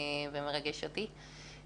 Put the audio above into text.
ומרגש אותי.